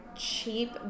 Cheap